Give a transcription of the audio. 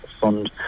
fund